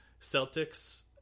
Celtics